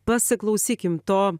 pasiklausykim to